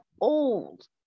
old